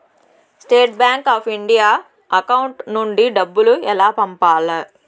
State bank of India account నుంచి డబ్బులు ఎలా పంపాలి?